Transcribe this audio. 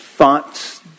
thoughts